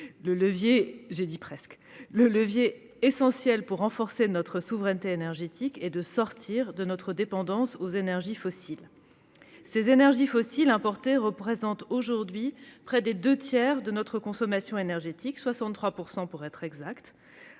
Le levier essentiel pour renforcer notre souveraineté énergétique consiste à sortir de notre dépendance aux énergies fossiles. Ces énergies fossiles importées représentent près des deux tiers de notre consommation énergétique, 63 % pour être exacte,